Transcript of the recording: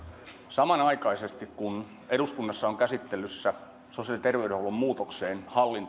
samanaikaisesti kun eduskunnassa on käsittelyssä sosiaali ja terveydenhuollon muutokseen